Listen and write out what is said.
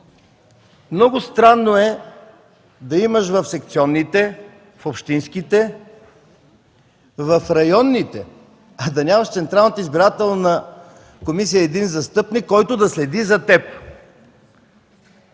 Много странно е да имаш в секционните, в общинските, в районните, а да нямаш в Централната избирателна комисия един застъпник, който да следи за теб.